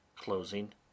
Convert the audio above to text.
closing